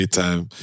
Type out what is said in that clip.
time